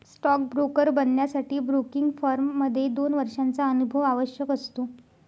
stock broker बनण्यासाठी broking firm मध्ये दोन वर्षांचा अनुभव आवश्यक असतो